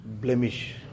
blemish